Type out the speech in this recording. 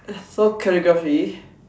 uh so calligraphy